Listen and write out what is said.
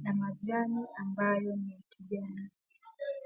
na majani ambayo ni ya kijani.